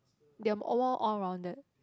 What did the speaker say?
they're more all rounded